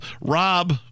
Rob